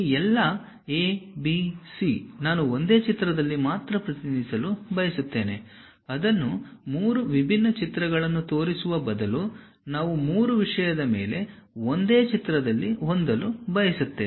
ಈ ಎಲ್ಲಾ ABC ನಾನು ಒಂದೇ ಚಿತ್ರದಲ್ಲಿ ಮಾತ್ರ ಪ್ರತಿನಿಧಿಸಲು ಬಯಸುತ್ತೇನೆ ಅದನ್ನು ಮೂರು ವಿಭಿನ್ನ ಚಿತ್ರಗಳನ್ನು ತೋರಿಸುವ ಬದಲು ನಾವು ಮೂರು ವಿಷಯದ ಮೇಲೆ ಒಂದೇ ಚಿತ್ರದಲ್ಲಿ ಹೊಂದಲು ಬಯಸುತ್ತೇವೆ